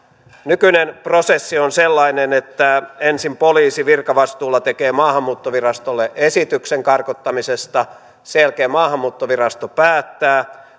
nykyinen prosessi on sellainen että ensin poliisi virkavastuulla tekee maahanmuuttovirastolle esityksen karkottamisesta sen jälkeen maahanmuuttovirasto päättää